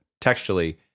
textually